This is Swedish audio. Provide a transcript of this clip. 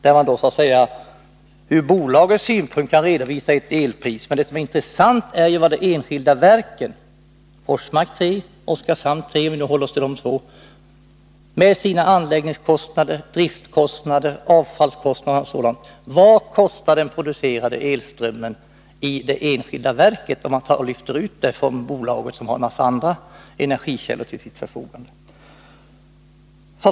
Ur bolagets synpunkt kan man i detta sammanhang så att säga redovisa ett elpris. Men det intressanta är ju när det gäller de enskilda verken Forsmark 3 och Oskarshamn 3 — om vi håller oss till de båda verken — med tanke på deras anläggningskostnader, driftkostnader, avfallskostnader etc. : Vad kostar den producerade elströmmen i det enskilda verket, om man lyfter ut detta från bolaget som har en mängd andra energikällor till sitt förfogande?